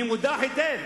אני מודע היטב,